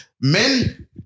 men